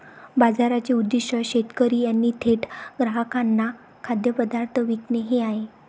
बाजाराचे उद्दीष्ट शेतकरी यांनी थेट ग्राहकांना खाद्यपदार्थ विकणे हे आहे